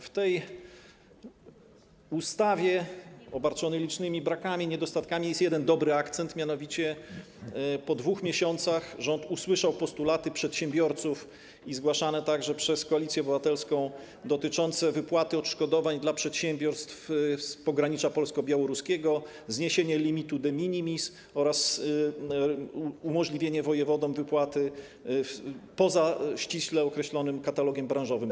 W tej ustawie, obarczonej licznymi brakami, niedostatkami, jest jeden dobry akcent, mianowicie po 2 miesiącach rząd usłyszał postulaty przedsiębiorców, zgłaszane także przez Koalicję Obywatelską, dotyczące wypłaty odszkodowań dla przedsiębiorstw z pogranicza polsko-białoruskiego: zniesienie limitu de minimis oraz umożliwienie wojewodom wypłaty poza ściśle określonym katalogiem branżowym.